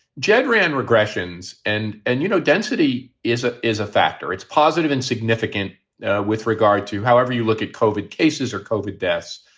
jed ran regressions. and and, you know, density is ah is a factor. it's positive and significant with regard to however you look at cauvin cases or kopi deaths.